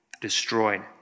destroyed